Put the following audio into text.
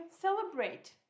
celebrate